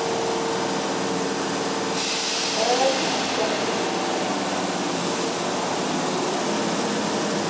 अ केह् होइया तुसें ई